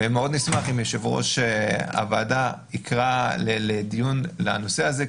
מאוד נשמח אם יושב-ראש הוועדה יקרא לדיון לנושא הזה,